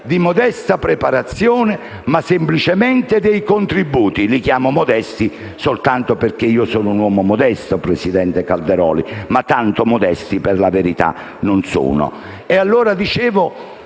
e preparazione, ma semplicemente contributi. E li chiamo modesti soltanto perché io sono un uomo modesto, presidente Calderoli, ma tanto modesti, per la verità, non sono. Noi offriamo